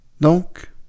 Donc